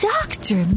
Doctor